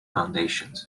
foundations